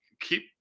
keep